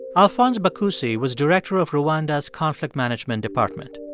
alphonse bakusi was director of rwanda's conflict management department.